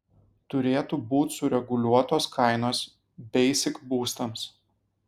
turėtų būt sureguliuotos kainos beisik būstams